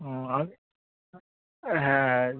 ও আমাকে হ্যাঁ